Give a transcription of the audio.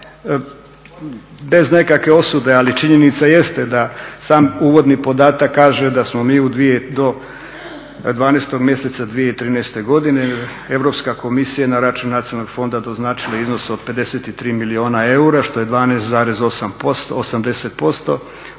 bez nekakve osude ali činjenica jeste da sam uvodni podatak kaže da smo mi do 12. mjeseca 2013. godine Europska komisija je na račun Nacionalnog fonda doznačila iznos od 53 milijuna eura, što je 12,80%